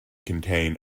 contain